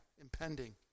impending